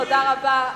תודה רבה.